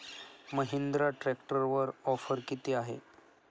महिंद्रा ट्रॅक्टरवर ऑफर किती आहे?